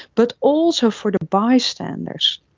but also for the bystanders.